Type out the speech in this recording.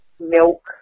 Milk